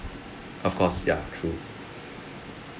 of course ya true